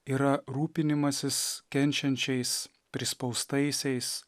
yra rūpinimasis kenčiančiais prispaustaisiais